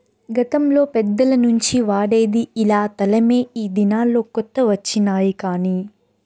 గతంలో పెద్దల నుంచి వాడేది ఇలా తలమే ఈ దినాల్లో కొత్త వచ్చినాయి కానీ